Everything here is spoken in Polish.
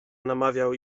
namawiał